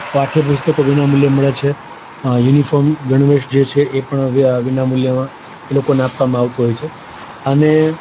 પાઠ્ય પુસ્તકો વિના મૂલ્યે મળે છે યુનિફોર્મ ગણવેશ જે છે એ પણ વિના મૂલ્યે એ લોકોને આપવામાં આવતો હોય છે અને